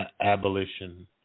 Abolition